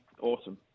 Awesome